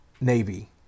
Navy